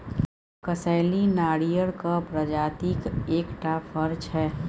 कसैली नारियरक प्रजातिक एकटा फर छै